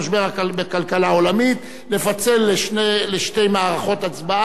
בכלכלה העולמית (תיקוני חקיקה) לפצל לשתי מערכות הצבעה.